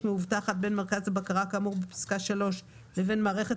מאובטחת בין מרכז הבקרה כאמור בפסקה (3) לבין מערכת